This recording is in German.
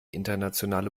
internationale